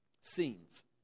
scenes